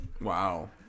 Wow